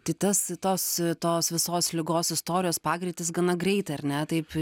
tai tas tos tos visos ligos istorijos pagreitis gana greitai ar ne taip